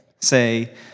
say